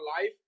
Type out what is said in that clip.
life